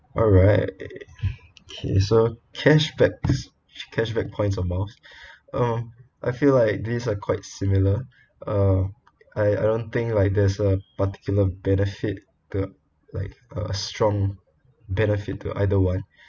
alright so cashbacks cashback points or miles uh I feel like these are quite similar uh I don't like like there's a particular benefit the like uh strong benefit to either one